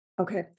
Okay